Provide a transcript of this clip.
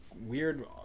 weird